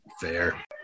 fair